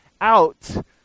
out